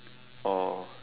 or